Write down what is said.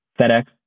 FedEx